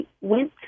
went